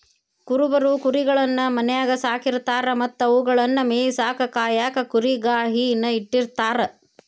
ಕುರುಬರು ಕುರಿಗಳನ್ನ ಮನ್ಯಾಗ್ ಸಾಕಿರತಾರ ಮತ್ತ ಅವುಗಳನ್ನ ಮೇಯಿಸಾಕ ಕಾಯಕ ಕುರಿಗಾಹಿ ನ ಇಟ್ಟಿರ್ತಾರ